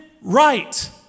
right